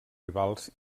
rivals